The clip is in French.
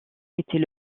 était